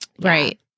Right